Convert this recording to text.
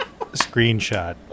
Screenshot